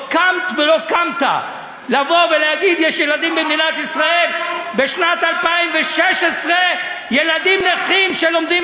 לא קמת ולא קמת להגיד: יש במדינת ישראל בשנת 2016 ילדים נכים שלומדים